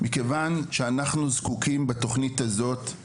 מכיוון שאנחנו בתוכנית הזאת זקוקים לגמישות.